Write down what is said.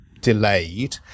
delayed